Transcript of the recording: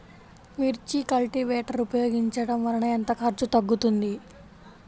మిర్చి కల్టీవేటర్ ఉపయోగించటం వలన ఎంత ఖర్చు తగ్గుతుంది?